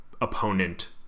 opponent